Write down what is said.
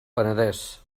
penedès